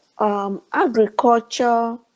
Agriculture